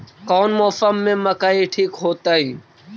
कौन मौसम में मकई ठिक होतइ?